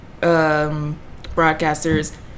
broadcasters